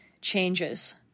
changes